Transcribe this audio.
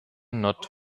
not